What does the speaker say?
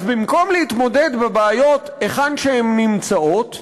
אז במקום להתמודד עם בעיות היכן שהן נמצאות,